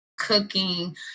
cooking